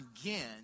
again